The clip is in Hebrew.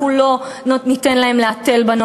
אנחנו לא ניתן להם להתל בנו.